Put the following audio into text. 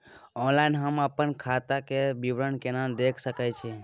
Online हम अपन खाता के विवरणी केना देख सकै छी?